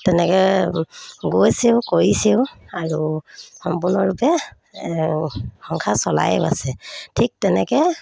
তেনেকৈ গৈছেও কৰিছেও আৰু সম্পূৰ্ণৰূপে সংসাৰ চলায়ো আছে ঠিক তেনেকৈ